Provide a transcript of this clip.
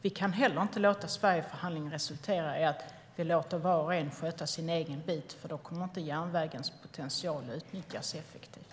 Vi kan inte låta Sverigeförhandlingen resultera i att vi låter var och en sköta sin egen bit. Då kommer inte järnvägens potential att utnyttjas effektivt.